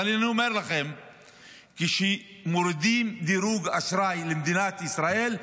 אבל אני אומר לכם שכשמורידים דירוג אשראי למדינת ישראל,